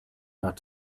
not